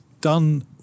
done